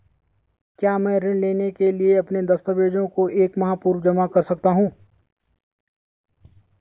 क्या मैं ऋण लेने के लिए अपने दस्तावेज़ों को एक माह पूर्व जमा कर सकता हूँ?